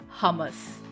hummus